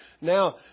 now